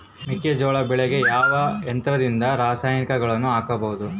ಮೆಕ್ಕೆಜೋಳ ಬೆಳೆಗೆ ಯಾವ ಯಂತ್ರದಿಂದ ರಾಸಾಯನಿಕಗಳನ್ನು ಹಾಕಬಹುದು?